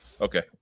Okay